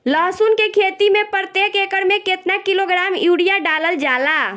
लहसुन के खेती में प्रतेक एकड़ में केतना किलोग्राम यूरिया डालल जाला?